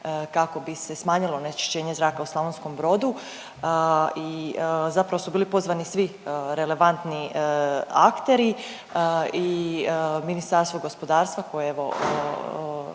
kako bi se smanjilo onečišćenje zraka u Slavonskom Brodu i zapravo su bili pozvani svi relevantni akteri i Ministarstvo gospodarstva koje evo,